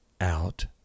out